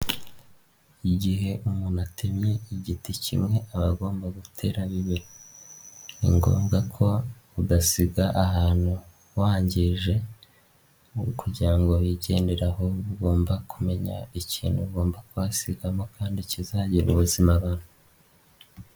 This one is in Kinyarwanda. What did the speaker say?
Igihe umuntu atemye igiti kimwe aba agomba gutera bibiri, ni ngombwa ko udasiga ahantu uhangije nk'uko wagenderaho ugomba kumenya ikintu ugomba kwisigamo kandi kizagirira ubuzima abantu.